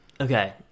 okay